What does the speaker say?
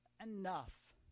enough